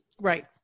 Right